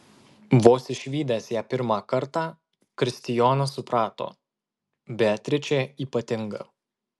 vos išvydęs ją pirmą kartą kristijonas suprato beatričė ypatinga